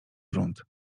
grunt